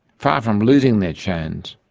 far from losing their chains,